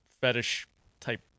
fetish-type